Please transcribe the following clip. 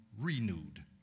renewed